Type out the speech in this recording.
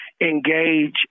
engage